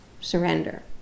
surrender